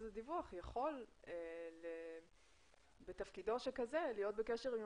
הדיווח יכול בתפקידו הזה להיות בקשר עם